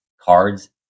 cards